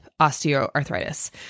osteoarthritis